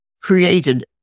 created